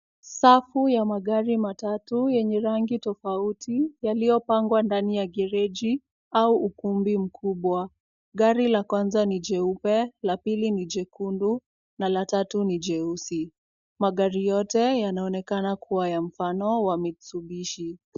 Safu ya magari matatu yenye rangi tofauti, yaliyopangwa ndani ya gereji au ukumbi mkubwa. Gari la kwanza ni jeupe, la pili ni jekundu na la tatu ni jeusi. Magari yote yanaonekana kuwa ya mfano wa mitsubishi.